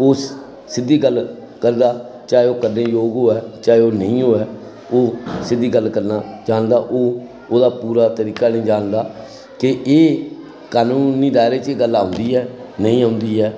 ओह् सिद्धी गल्ल करदा चाहे ओह् करने जोग होऐ चाहे ओह् नेईं होऐ ओह् सिद्धी गल्ल करना जानदा ओह् ओह्दा पूरा तरीका निं जानदा कि एह् कानूनी दायरे च एह् गल्ल औंदी ऐ नेईं औंदी ऐ